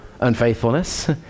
unfaithfulness